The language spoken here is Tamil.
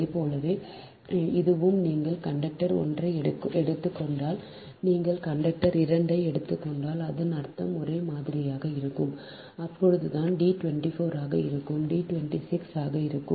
அதுபோலவே இதுவும் நீங்கள் கண்டக்டர் ஒன்றை எடுத்துக் கொண்டால் நீங்கள் கண்டக்டர் 2 ஐ எடுத்துக் கொண்டால் அதன் அர்த்தம் ஒரே மாதிரியாக இருக்கும் அப்போதுதான் டி 24 ஆக இருக்கும் டி 26 ஆக இருக்கும்